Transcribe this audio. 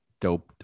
dope